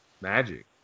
Magic